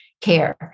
care